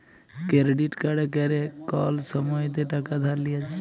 credit কাড়ে ক্যরে কল সময়তে টাকা ধার লিয়া যায়